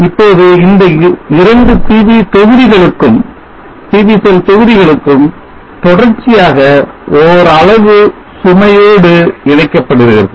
இப்போது இந்த 2 PV தொகுதிகளும் தொடர்ச்சியாக ஓர் அளவு சுமையோடு இணைக்கப்படுகிறது